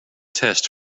test